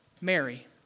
Mary